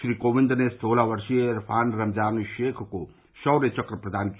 श्री कोविंद ने सोलह वर्षीय इरफान रमजान शेख को शौर्य चक्र प्रदान किया